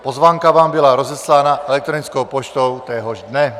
Pozvánka vám byla rozeslána elektronickou poštou téhož dne.